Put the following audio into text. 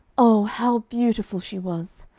oh, how beautiful she was!